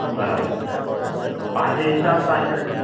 बराबरि त पंहिंजे हिसाब सां हीअंर